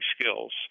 skills